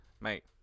mate